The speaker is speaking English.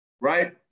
right